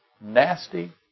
nasty